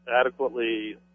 Adequately